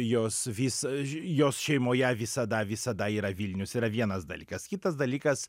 jos vis jos šeimoje visada visada yra vilnius yra vienas dalykas kitas dalykas